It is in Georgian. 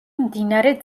მდინარე